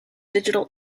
digital